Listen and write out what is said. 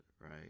right